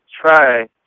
try